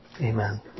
Amen